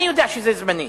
אני יודע שזה זמני.